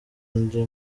ndi